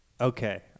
Okay